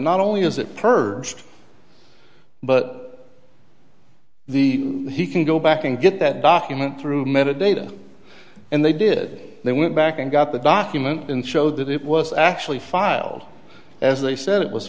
not only is it purged but the he can go back and get that document through metadata and they did they went back and got the document and showed that it was actually filed as they said it was